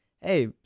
hey